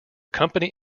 company